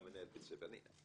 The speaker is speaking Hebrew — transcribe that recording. גם מנהל בית ספר - חבר'ה,